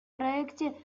проекте